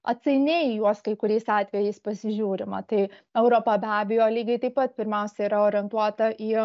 atsainiai į juos kai kuriais atvejais pasižiūrima tai europa be abejo lygiai taip pat pirmiausia yra orientuota į